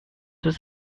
was